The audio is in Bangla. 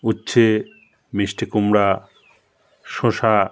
উচ্ছে মিষ্টি কুমড়ো শশা